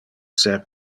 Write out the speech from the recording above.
ser